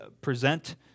present